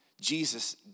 Jesus